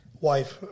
wife